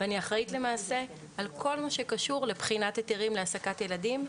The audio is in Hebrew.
ואני אחראית למעשה על כל מה שקשור לבחינת היתרים להעסקת ילדים,